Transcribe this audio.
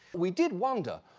we did wonder,